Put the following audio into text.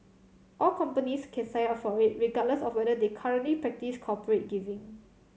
all companies can sign up for it regardless of whether they currently practise corporate giving